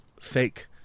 fake